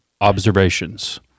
observations